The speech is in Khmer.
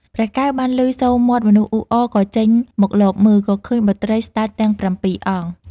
ព្រះកែវបានឮសូរមាត់មនុស្សអ៊ូអរក៏ចេញមកលបមើល ក៏ឃើញបុត្រីស្ដេចទាំងប្រាំពីរអង្គ។